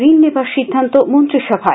ঋণ নেবার সিদ্ধান্ত মন্ত্রী সভায়